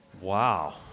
Wow